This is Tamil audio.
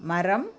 மரம்